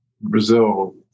Brazil